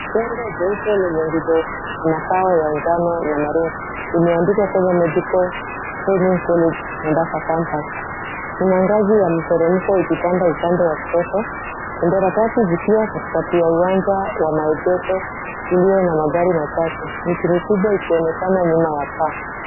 Bango jeupe lenye nguzo na matawi ya manjano na maroon limeandikwa Kenya Medical Training College Mombasa Campus, kuna ngazi ya mteremko ikipanda upande wa kushoto, bendera tatu zikiwa katikati ya uwanja wa maegesho ulio na magari machache, miti mikubwa ikionekana nyuma ya paa.